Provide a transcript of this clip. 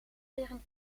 tegen